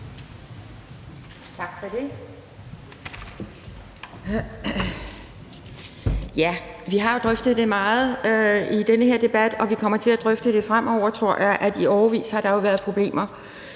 Tak for det. Vi har jo drøftet det meget i den her debat, og vi kommer også til at drøfte det fremover, tror jeg, at der i årevis har været problemer